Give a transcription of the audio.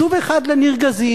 יישוב אחד לנרגזים,